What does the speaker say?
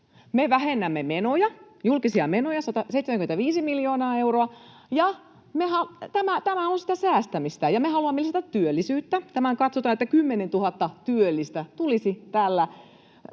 Me vähennämme julkisia menoja 175 miljoonaa euroa, ja tämä on sitä säästämistä. Ja me haluamme lisätä työllisyyttä. Katsotaan, että 10 000 työllistä tulisi tällä